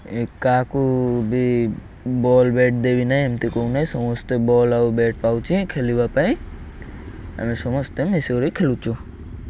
ଏ କାହାକୁ ବି ball bat ଦେବି ନାହିଁ ଏମିତି କହୁନାହିଁ ସମସ୍ତେ ବଲ୍ ଆଉ ବ୍ୟାଟ୍ ପାଉଛିି ଖେଳିବା ପାଇଁ ଆମେ ସମସ୍ତେ ମିଶିକରି ଖେଳୁଛୁ